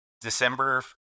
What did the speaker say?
December